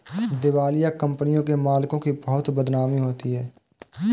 दिवालिया कंपनियों के मालिकों की बहुत बदनामी होती है